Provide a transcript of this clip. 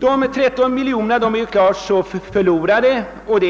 De 13 miljoner kronorna får anses vara förlorade